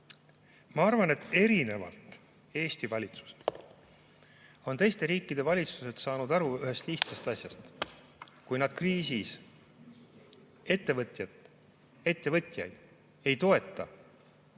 Ma arvan, et erinevalt Eesti valitsusest on teiste riikide valitsused saanud aru ühest lihtsast asjast. Kui nad kriisis ettevõtjaid ei toeta